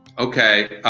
okay,